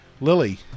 Lily